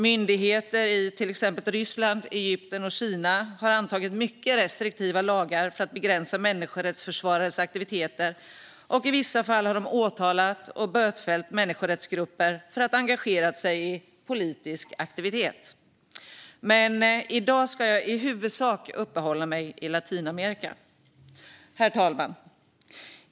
Myndigheter i till exempel Ryssland, Egypten och Kina har antagit mycket restriktiva lagar för att begränsa människorättsförsvarares aktiviteter, och i vissa fall har de åtalat och bötfällt människorättsgrupper för att de har engagerat sig i politisk aktivitet. Men i dag ska jag i huvudsak uppehålla mig vid Latinamerika. Herr talman!